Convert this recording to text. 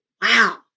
wow